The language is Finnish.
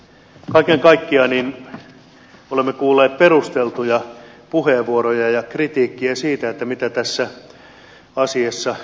kaiken kaikkiaan olemme kuulleet perusteltuja puheenvuoroja ja kritiikkiä siitä mitä tässä asiassa käsitellään